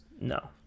No